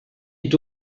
est